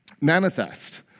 manifest